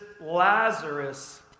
Lazarus